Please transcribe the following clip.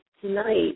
tonight